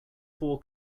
four